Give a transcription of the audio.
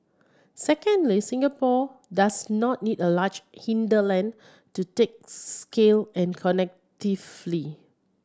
secondly Singapore does not need a large hinterland to take scale and